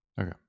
okay